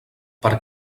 per